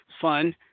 fun